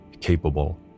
capable